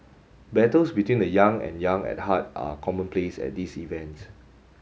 battles between the young and young at heart are commonplace at these events